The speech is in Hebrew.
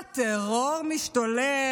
הטרור משתולל,